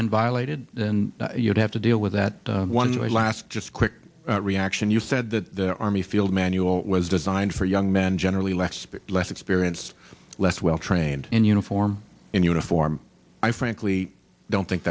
and violated then you'd have to deal with that one last just quick reaction you said the army field manual was designed for young men generally less less experience less well trained in uniform in uniform i frankly don't think